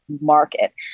market